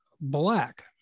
black